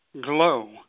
glow